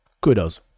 kudos